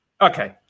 Okay